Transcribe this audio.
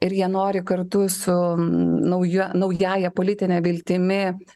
ir jie nori kartu su nauja naująja politine viltimi